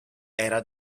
era